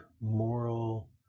moral